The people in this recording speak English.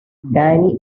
danny